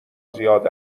زیاد